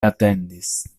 atendis